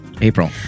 April